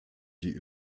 die